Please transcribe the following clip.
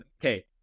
Okay